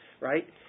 right